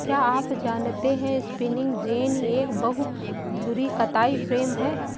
क्या आप जानते है स्पिंनिंग जेनि एक बहु धुरी कताई फ्रेम है?